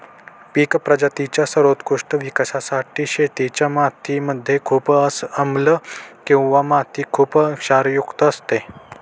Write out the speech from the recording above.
पिक प्रजातींच्या सर्वोत्कृष्ट विकासासाठी शेतीच्या माती मध्ये खूप आम्लं किंवा माती खुप क्षारयुक्त असते